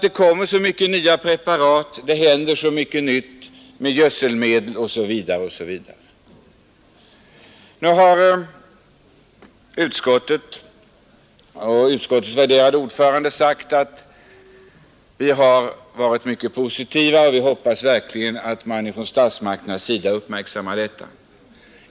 Det kommer så mycket nya preparat och det händer så mycket nytt i fråga om gödselmedel osv. att man måste koncentrera sig på detta. Nu har utskottet och utskottets värderade ordförande sagt, att man varit mycket positiv och att man hoppas att statsmakterna verkligen uppmärksammar detta område mer.